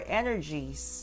energies